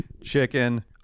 chicken